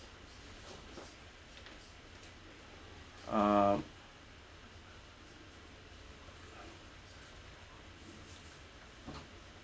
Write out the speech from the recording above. uh